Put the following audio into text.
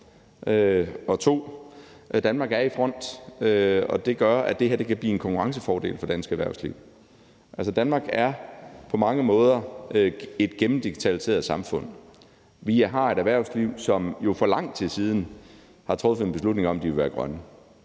2) at Danmark er i front, og det gør, at det her kan blive en konkurrencefordel for dansk erhvervsliv. Altså, Danmark er på mange måder et gennemdigitaliseret samfund. Vi har et erhvervsliv, som jo for lang tid siden har truffet en beslutning om, at de vil være grønne,